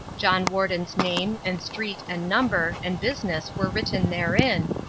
john warden's name, and street, and number, and business were written therein,